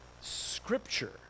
Scripture